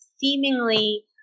seemingly